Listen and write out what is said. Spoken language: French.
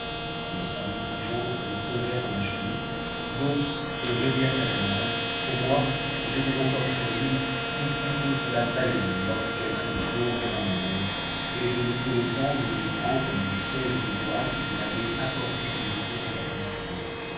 les plus diligents se sauvèrent dans la chaloupe d'autres se jetèrent à la nage pour moi j'étais encore sur file ou plutôt sur la baleine lorsqu'elle se plongea dans la mer et je n'eus que le temps de me prendre à une pièce de bois qu'on avait apportée du vaisseau pour faire du feu